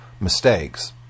mistakes